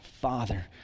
Father